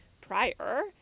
prior